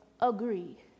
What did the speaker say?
agree